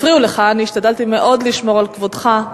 הפריעו לך, אני השתדלתי מאוד לשמור על כבודך.